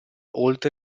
oltre